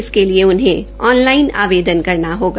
इसके लिए उन्हें ऑनलाईन आवेदन करना होगा